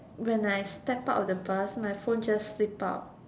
when I step out of the bus my phone just slip out